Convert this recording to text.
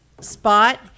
spot